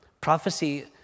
Prophecy